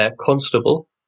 constable